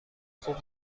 خوب